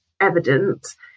evidence